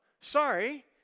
sorry